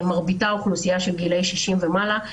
מרביתם אוכלוסייה של גילאי 60 ומעלה.